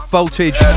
Voltage